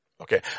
Okay